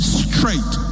straight